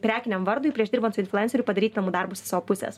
prekiniam vardui prieš dirbant su influenceriu padaryt darbus iš savo pusės